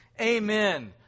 Amen